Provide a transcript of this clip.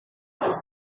não